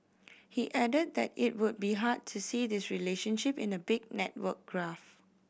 he added that it would be hard to see this relationship in a big network graph